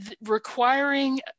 requiring